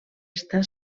està